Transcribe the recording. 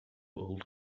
old